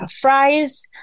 Fries